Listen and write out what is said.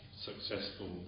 successful